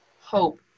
hope